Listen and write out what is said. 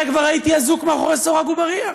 כבר הייתי אזוק מאחורי סורג ובריח.